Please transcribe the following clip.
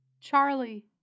Charlie